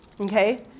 okay